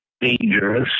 dangerous